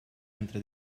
entre